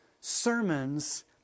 sermons